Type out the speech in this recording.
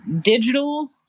digital